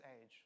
age